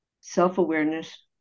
self-awareness